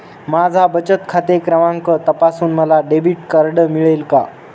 माझा बचत खाते क्रमांक तपासून मला डेबिट कार्ड मिळेल का?